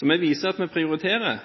så vi viser at vi prioriterer.